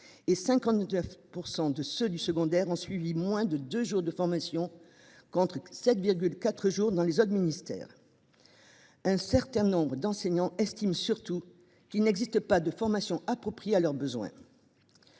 et 59 % des enseignants du secondaire ont suivi moins de 2 jours de formation, contre 7,4 jours dans les autres ministères. Surtout, un certain nombre d’enseignants estiment qu’il n’existe pas de formation appropriée à leurs besoins.